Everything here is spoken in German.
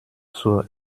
zur